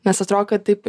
nes atrodo kad taip